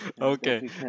Okay